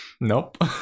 Nope